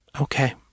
Okay